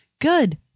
Good